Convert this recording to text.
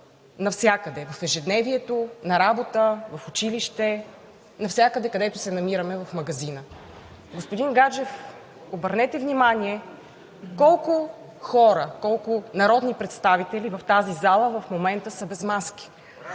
навсякъде в ежедневието, на работа, в училище, навсякъде, където се намираме в магазина. Господин Гаджев, обърнете внимание колко хора, колко народни представители в тази зала в момента са без маски?